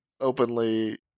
openly